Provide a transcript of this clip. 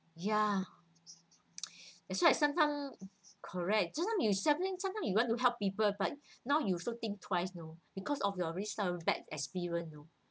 ya that's why sometimes correct just sometimes you want to help people but now you also think twice you know because of your risk of bad experience you know